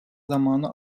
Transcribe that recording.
zamanı